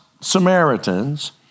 Samaritans